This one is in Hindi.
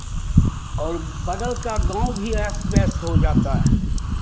और बगल का गाँव भी अस्त व्यस्त हो जाता है